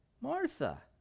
Martha